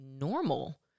normal